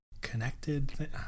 connected